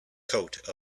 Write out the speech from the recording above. coat